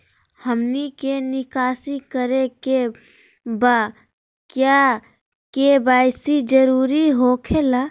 हमनी के निकासी करे के बा क्या के.वाई.सी जरूरी हो खेला?